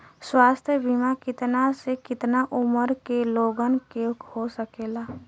स्वास्थ्य बीमा कितना से कितना उमर के लोगन के हो सकेला?